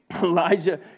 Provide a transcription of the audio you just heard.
Elijah